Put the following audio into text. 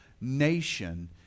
nation